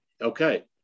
okay